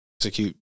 Execute